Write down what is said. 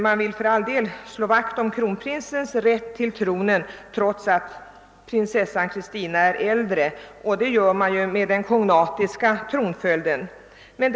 Man vill slå vakt om kronprinsens rätt till tronen, trots att prinsessan Christina är äldre, men det sker ju med den kognatiska tronföljden.